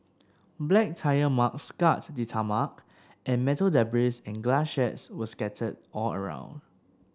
black tyre marks scarred the tarmac and metal debris and glass shards were scattered all around